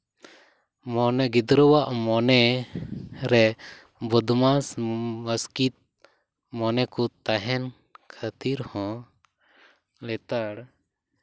ᱢᱟᱱᱮ ᱜᱤᱫᱽᱨᱟᱹᱣᱟᱜ ᱢᱚᱱᱮ ᱨᱮ ᱵᱚᱫᱢᱟᱥ ᱟᱥᱠᱤᱛ ᱢᱚᱱᱮ ᱠᱚ ᱛᱟᱦᱮᱱ ᱠᱷᱟᱹᱛᱤᱨ ᱦᱚᱸ ᱞᱮᱛᱟᱲ